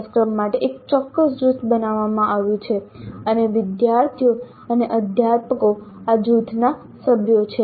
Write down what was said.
અભ્યાસક્રમ માટે એક ચોક્કસ જૂથ બનાવવામાં આવ્યું છે અને વિદ્યાર્થીઓ અને અધ્યાપકો આ જૂથના સભ્યો છે